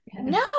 No